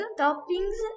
toppings